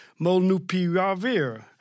molnupiravir